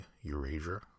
Eurasia